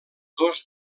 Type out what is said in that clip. dos